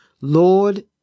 Lord